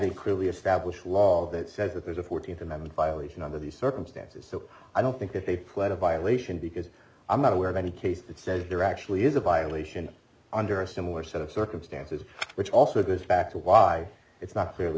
a clearly established law that says that there's a fourteenth amendment violation under these circumstances so i don't think that they put a violation because i'm not aware of any case that says there actually is a violation under a similar set of circumstances which also goes back to why it's not